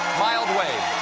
mild wave.